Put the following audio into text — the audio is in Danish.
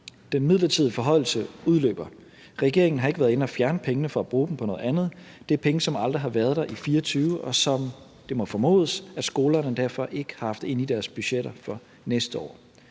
Den midlertidige forhøjelse udløber. Regeringen har ikke været inde og fjerne pengene for at bruge dem på noget andet; det er penge, som aldrig havde været der i 2024, og som det må formodes at skolerne derfor ikke har haft inde i deres budgetter for næste år.